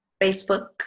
Facebook